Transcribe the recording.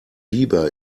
bieber